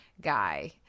guy